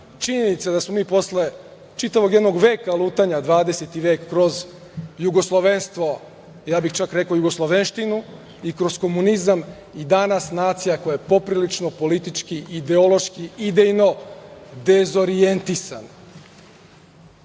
je da smo mi posle čitavog jednog veka lutanja, dvadeseti vek kroz jugoslovenstvo, ja bih čak rekao jugoslovenštinu i kroz komunizam, i danas nacija koja je poprilično politički ideološki, idejno dezorijentisana.